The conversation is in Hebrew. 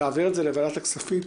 נעביר זאת לוועדת הכספים,